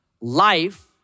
life